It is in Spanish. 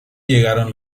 llegaron